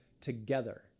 together